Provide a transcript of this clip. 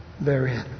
therein